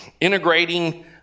integrating